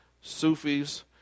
Sufis